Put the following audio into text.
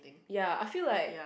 ya I feel like